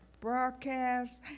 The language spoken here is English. broadcast